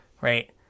Right